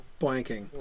blanking